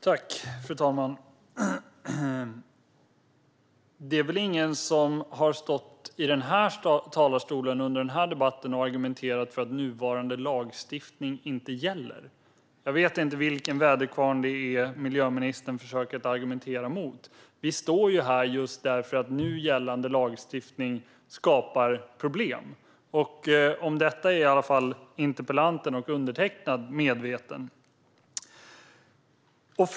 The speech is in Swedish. Fru talman! Det är ingen som har stått i talarstolen under denna debatt och argumenterat för att nuvarande lagstiftning inte gäller. Jag vet inte vilken väderkvarn som miljöministern försöker argumentera emot. Vi står ju här just därför att nu gällande lagstiftning skapar problem. Detta är i alla fall interpellanten och undertecknad medvetna om.